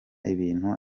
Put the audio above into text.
ibintu